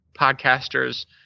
podcasters